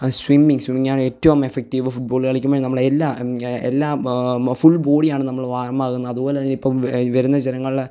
അ swimming സ്വിമ്മിങാണ് ഏറ്റവും effective football കളിക്കുമ്പഴും നമ്മള് എല്ലാ എല്ലാ ഫുള് ബോഡിയാണ് നമ്മള് വാർം ആകുന്നത് അതുപോലെതന്നെ ഇപ്പം വെ വരുന്ന ജനങ്ങളെ